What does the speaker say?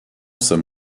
jsem